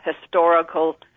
historical